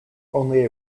only